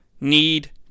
need